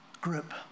group